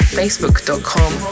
facebook.com